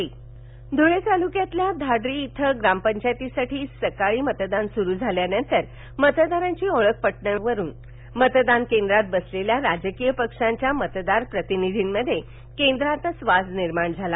धळे मतदान धुळे तालुक्यातील धाडरी मध्ये ग्रामपंचायतीसाठी सकाळी मतदान सुरू झाल्यानंतर मतदाराची ओळख पटविण्यावरून मतदान केंद्रात बसलेल्या राजकीय पक्षांच्या मतदार प्रतिनिधींमध्ये केंद्रातच वाद निर्माण झाला